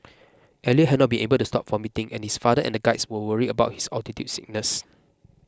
Elliot had not been able to stop vomiting and his father and guides were worried about his altitude sickness